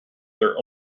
their